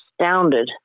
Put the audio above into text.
astounded